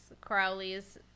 Crowley's